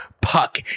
puck